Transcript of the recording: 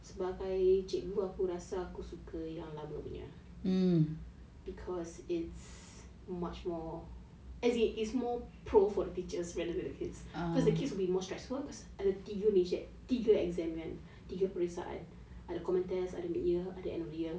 sebagai cikgu aku rasa aku suka yang lama punya because it's much more as in its more pro for teachers rather than the kids because the kids would be more stressful ada tiga major tiga exam tiga peperiksaan ada common test ada mid year ada end of the year